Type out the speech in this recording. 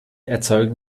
erzeugen